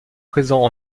présents